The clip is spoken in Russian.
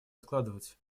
откладывать